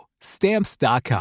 stamps.com